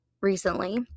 recently